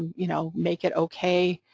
you know, make it ok,